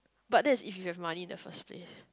but that's if you have money in the first place